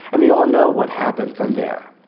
and we all know what happened from there.